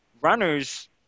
runners